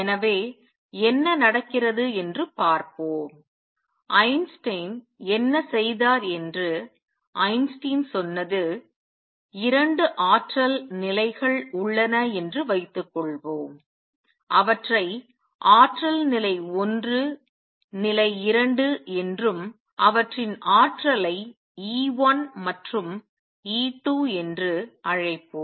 எனவே என்ன நடக்கிறது என்று பார்ப்போம் ஐன்ஸ்டீன் என்ன செய்தார் என்று ஐன்ஸ்டீன் சொன்னது 2 ஆற்றல் நிலைகள் உள்ளன என்று வைத்துக்கொள்வோம் அவற்றை ஆற்றல் நிலை 1 நிலை 2 என்றும் அவற்றின் ஆற்றலை E 1 மற்றும் E 2 என்று அழைப்போம்